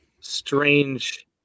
strange